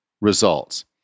Results